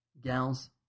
gals